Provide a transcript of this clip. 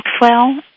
Maxwell